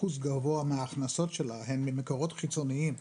אחוז גבוה מההכנסות שלה הם ממקורות חיצוניים,